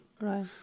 Right